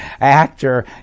actor